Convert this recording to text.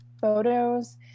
photos